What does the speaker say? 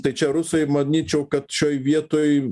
tai čia rusai manyčiau kad šioj vietoj